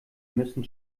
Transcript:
müssen